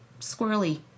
squirrely